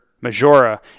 Majora